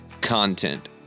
content